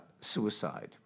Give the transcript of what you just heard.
suicide